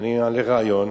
ואני אעלה רעיון,